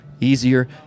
Easier